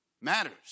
matters